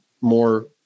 more